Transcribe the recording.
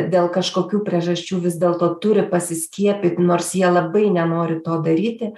dėl kažkokių priežasčių vis dėlto turi pasiskiepyti nors jie labai nenori to daryti